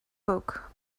book